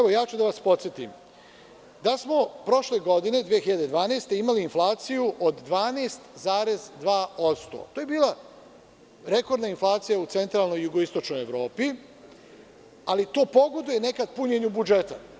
Podsetiću vas, da smo prošle godine 2012. imali inflaciju od 12,2%, to je bila rekordna inflacija u centralnoj i jugoistočnoj Evropi, ali to pogoduje nekad punjenju budžeta.